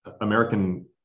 American